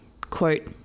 quote